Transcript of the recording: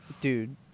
dude